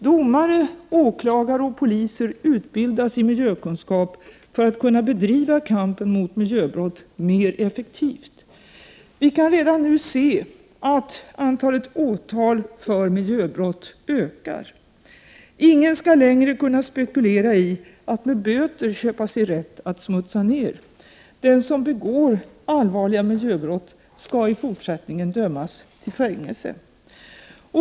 Domare, åklagare och poliser utbildas i miljökunskap för att kunna bedriva kampen mot miljöbrott mer effektivt. Vi kan redan nu se att antalet åtal för miljöbrott ökar. Ingen skall längre kunna spekulera i att med böter köpa sig rätt smutsa ner. Den som begår allvarliga miljöbrott skall i fortsättningen dömas till fängelse.